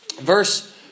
Verse